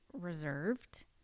reserved